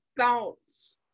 thoughts